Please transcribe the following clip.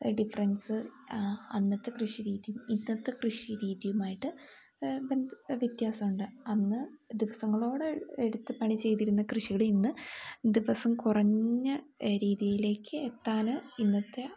difference അന്നത്തെ കൃഷി രീതിയും ഇന്നത്തെ കൃഷി രീതിയുമായിട്ട് വ്യത്യാസമുണ്ട് അന്ന് ദിവസങ്ങളോടെ എടുത്ത് പണി ചെയ്തിരുന്ന കൃഷികൾ ഇന്ന് ദിവസം കുറഞ്ഞ രീതിയിലേക്ക് എത്താൻ ഇന്നത്തെ